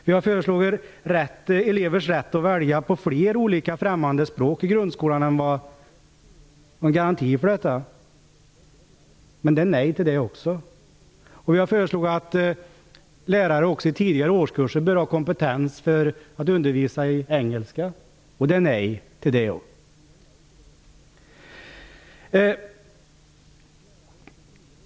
Vi har föreslagit att elever skall få rätt att välja mellan fler främmande språk i grundskolan och en garanti för detta, men det blev nej också till det. Vi föreslog att lärare i tidigare årskurser bör ha kompetens för att undervisa i Engelska, men det blev nej även till det.